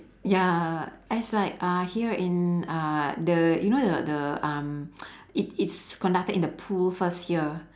ya it's like uh here in uh the you know the the um it's it's conducted in the pool first here